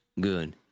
Good